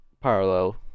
Parallel